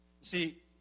See